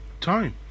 time